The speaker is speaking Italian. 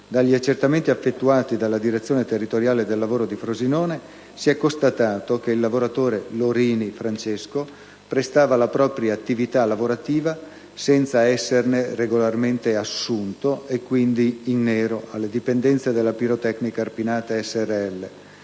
Dagli accertamenti effettuati dalla direzione territoriale del lavoro di Frosinone, si è constatato che il lavoratore Lorini Francesco prestava la propria attività lavorativa senza essere regolarmente assunto e, quindi in nero, alle dipendenze della Pirotecnica Arpinate srl.